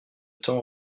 temps